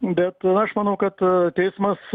bet aš manau kad teismas